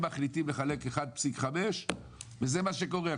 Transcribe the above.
הם מחליטים לחלק 1.5 מיליארד ליטר וזה מה שקורה.